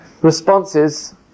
responses